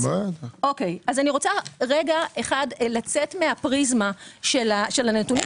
אני רוצה לצאת מהפריזמה של הנתונים,